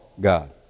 God